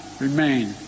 remain